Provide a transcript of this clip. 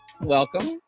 Welcome